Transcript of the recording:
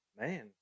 man